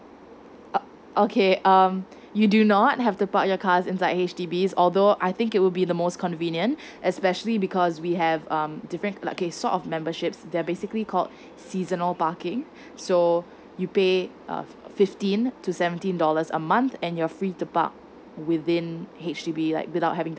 o~ okay um you do not have to park your car inside H_D_B although I think it would be the most convenient especially because we have um different like sort of memberships they basically called seasonal parking so you pay uh fifteen to seventeen dollars a month and you're free to park within H_D_B like without having